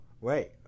wait